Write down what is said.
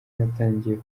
natangiye